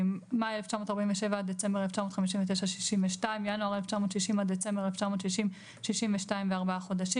"מאי 1947 עד דצמבר 1959 62 ינואר 1960 עד דצמבר 1960 62 ו-4 חודשים